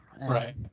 Right